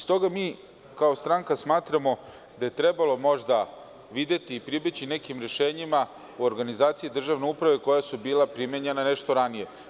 Stoga mi kao stranka smatramo da je možda trebalo videti i pribeći nekim rešenjima u organizaciji državne uprave koja su bila primenjena nešto ranije.